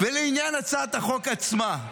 ולעניין הצעת החוק עצמה,